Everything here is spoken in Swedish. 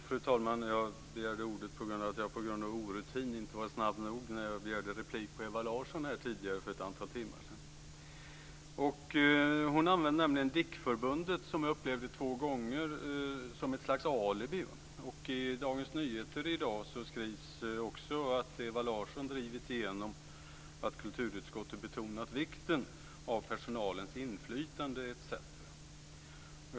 Fru talman! Jag begärde ordet på grund av att jag av orutin inte var snabb nog när jag begärde replik på Ewa Larssons anförande här för ett antal timmar sedan. Som jag upplevde det använde hon nämligen två gånger DIK-förbundet som ett slags alibi. I Dagens Nyheter i dag skrivs det att Ewa Larsson har drivit igenom att kulturutskottet betonat vikten av personalens inflytande etc.